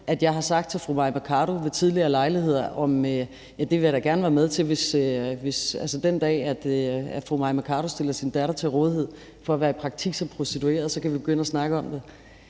har sagt til fru Mai Mercado, at det vil jeg da gerne være med til, altså at vi, at den dag fru Mai Mercado stiller sin datter til rådighed for at være i praktik som prostitueret, så kan begynde at snakke om det.